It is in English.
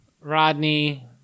Rodney